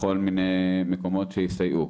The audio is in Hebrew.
לכל מיני מקומות שיסייעו.